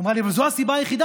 אמרה לי: אבל זו הסיבה היחידה?